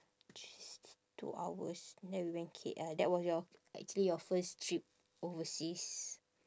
two hours then we went K_L that was your actually your first trip overseas